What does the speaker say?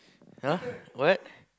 !huh! what